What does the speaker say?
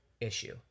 issue